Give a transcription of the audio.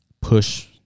push